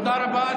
תודה רבה.